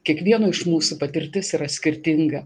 kiekvieno iš mūsų patirtis yra skirtinga